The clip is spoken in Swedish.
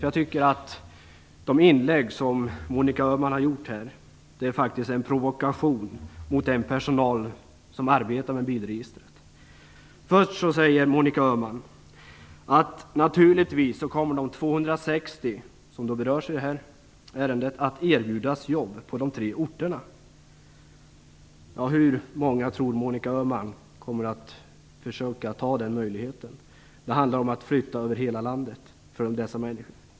Jag tycker faktiskt att de inlägg som Monica Öhman har gjort är en provokation mot den personal som arbetar med bilregistret. Först säger Monica Öhman att de 260 som berörs i detta ärende naturligtvis kommer att erbjudas jobb på de tre orterna. Hur många tror Monica Öhman kommer att ta den möjligheten? Det handlar om att flytta över hela landet för dessa människor.